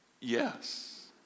yes